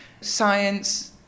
science